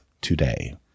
today